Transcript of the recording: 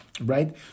right